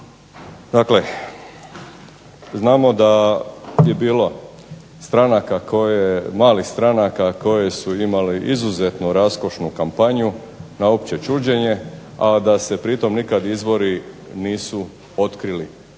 Dakle, znamo da je bilo stranaka koje su imale izuzetno raskošnu kampanju na opće čuđenje, a da se pri tome izvori nikada nisu otkrili,